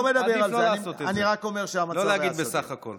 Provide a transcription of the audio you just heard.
עדיף לא לעשות את זה.